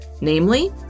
Namely